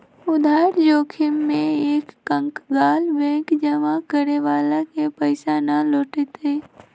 उधार जोखिम में एक कंकगाल बैंक जमा करे वाला के पैसा ना लौटय तय